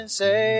say